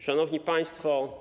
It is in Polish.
Szanowni Państwo!